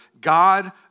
God